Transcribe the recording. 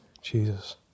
Jesus